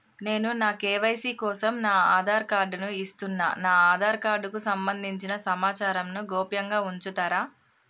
నేను నా కే.వై.సీ కోసం నా ఆధార్ కార్డు ను ఇస్తున్నా నా ఆధార్ కార్డుకు సంబంధించిన సమాచారంను గోప్యంగా ఉంచుతరా?